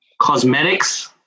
cosmetics